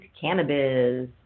Cannabis